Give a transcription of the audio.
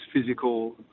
physical